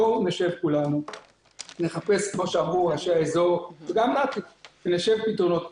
בואו נשב כולנו וכמו שאמרו אנשי האזור נחפש פתרונות.